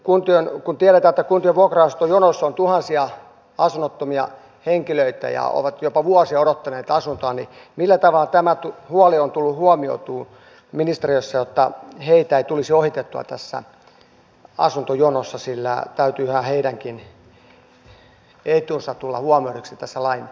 kun tiedetään että kuntien vuokra asuntojonoissa on tuhansia asunnottomia henkilöitä jotka ovat jopa vuosia odottaneet asuntoa niin millä tavalla tämä huoli on tullut huomioitua ministeriössä jotta heitä ei tulisi ohitettua tässä asuntojonossa sillä täytyyhän heidänkin etunsa tulla huomioiduksi tässä lainvalmistelussa